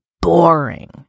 boring